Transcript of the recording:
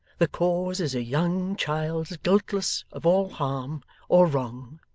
the cause is a young child's guiltless of all harm or wrong,